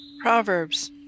Proverbs